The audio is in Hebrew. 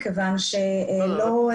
הבנו.